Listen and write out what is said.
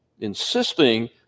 insisting